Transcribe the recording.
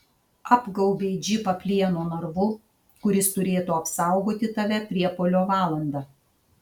apgaubei džipą plieno narvu kuris turėtų apsaugoti tave priepuolio valandą